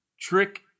Trick